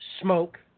smoke